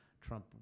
Trump